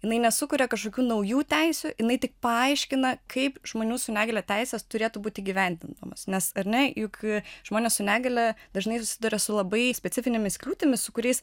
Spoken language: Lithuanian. jinai nesukuria kažkokių naujų teisių jinai tik paaiškina kaip žmonių su negalia teises turėtų būti įgyvendinamos nes ar ne juk žmonės su negalia dažnai susiduria su labai specifinėmis kliūtimis su kuriais